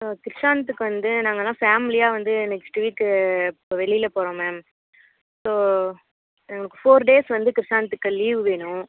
இப்போ கிருஷாந்த்துக்கு வந்து நாங்கெல்லாம் ஃபேமிலியாக வந்து நெக்ஸ்ட்டு வீக்கு இப்போ வெளியில் போகிறோம் மேம் ஸோ எங்களுக்கு ஃபோர் டேஸ் வந்து கிருஷாந்துக்கு லீவு வேணும்